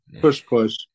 push-push